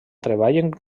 treball